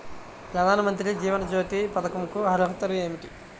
ప్రధాన మంత్రి జీవన జ్యోతి పథకంకు అర్హతలు ఏమిటి?